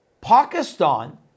Pakistan